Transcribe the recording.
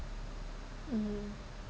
um